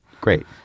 Great